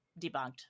debunked